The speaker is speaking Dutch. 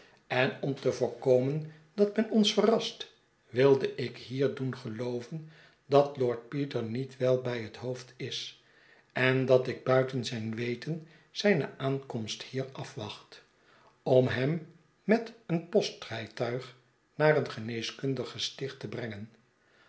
en om te voorkomen dat men ons verrast wilde ik hierdoen gelooven dat lord peter niet wel bij het hoofd is en dat ik buiten zijn weten zijne aankomst hier afwacht om hem met een postrijtuig naar een geheeskundig gesticht te brengen